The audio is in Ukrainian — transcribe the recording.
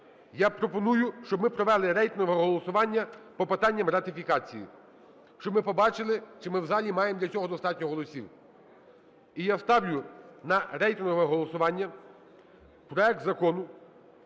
Я пропоную, щоб ми провели рейтингове голосування по питанням ратифікації, щоб ми побачили, чи ми в залі маємо для цього достатньо голосів. І я ставлю на рейтингове голосування проект Закону